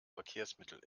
verkehrsmittel